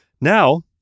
now